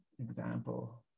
example